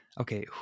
okay